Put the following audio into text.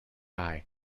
eye